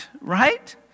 right